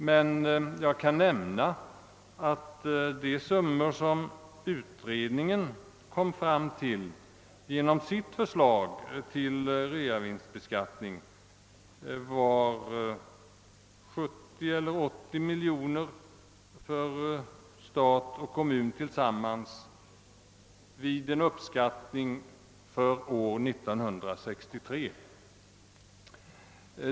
Jag kan dock nämna att de summor som utredningen kom fram till i sitt förslag till realisationsvinstbeskattning var 70 eller 80 miljoner kronor för stat och kommun tillsammans vid en uppskattning för år 1963.